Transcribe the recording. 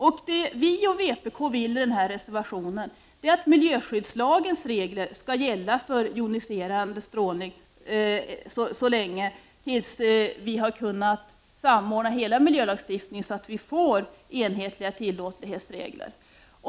Vad vi och vpk vill med denna reservation är att miljöskyddslagens regler skall gälla för joniserande strålning fram till dess att vi har kunnat samordna hela miljölagstiftningen, så att vi får enhetliga tillåtlighetsregler.